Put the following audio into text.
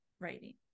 writing